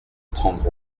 prendre